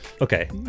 okay